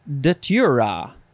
datura